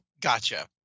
gotcha